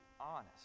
honest